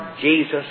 Jesus